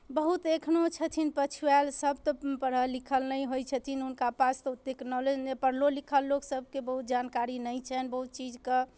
बहुत एखनहु छथिन पछुआयल सभ तऽ पढ़ल लिखल नहि होइत छथिन हुनका पास तऽ ओतेक नौलेज नहि पढ़लो लिखल सभके बहुत जानकारी नहि छनि बहुत चीजके